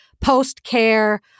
post-care